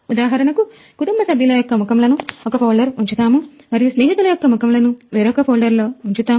ఉదాహరణకు కుటుంబ సభ్యుల యొక్క ముఖములను ఒక folder ఉంచుతాము మరియు స్నేహితులు యొక్క ముఖములను వేరొక folder ఉంచుతాము